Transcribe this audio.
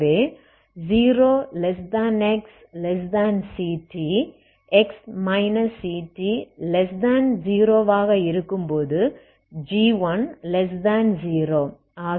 ஆகவே 0xct x ct0 ஆக இருக்கும் போது g10